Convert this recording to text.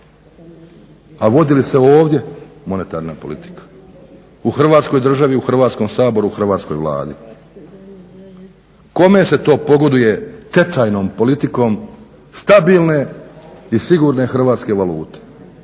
a vodi li se ovdje monetarna politika? U Hrvatskoj državi, u Hrvatskom saboru, u Hrvatskoj vladi? Kome se to pogoduje tečajnom politikom stabilne i sigurne hrvatske valute?